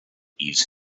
ease